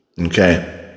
Okay